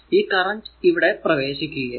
ഈ കറന്റ് ഇവിടെ പ്രവേശിക്കുകയാണ്